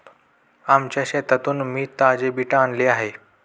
आमच्या शेतातून मी ताजे बीट आणले आहे